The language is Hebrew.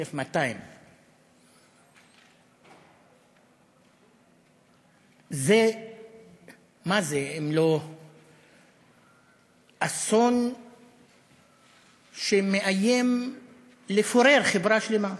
1,200. מה זה אם לא אסון שמאיים לפורר חברה שלמה?